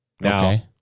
Now